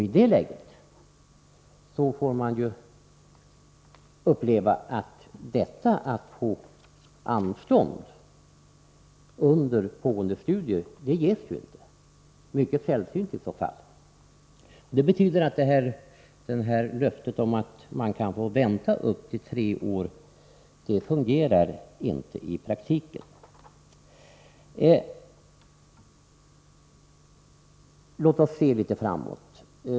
I det läget får han uppleva att anstånd under pågående studier knappast ges — det är mycket sällsynt. Detta betyder att löftet om att få vänta upp till tre år inte fungerar i praktiken. Låt oss se litet framåt.